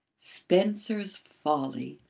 spencer's folly!